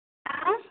हाँ